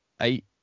eight